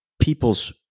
people's